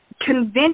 convince